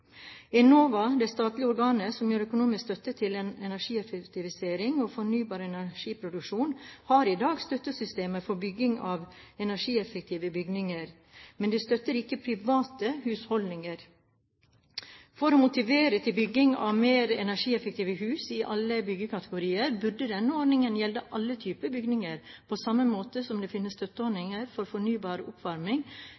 Enova, det statlige organet som gir økonomisk støtte til energieffektivisering og fornybar energiproduksjon, har i dag støttesystemer for bygging av energieffektive bygninger, men de støtter ikke private husholdninger. For å motivere til bygging av mer energieffektive hus i alle byggkategorier burde denne ordningen gjelde alle typer bygninger, på samme måte som det finnes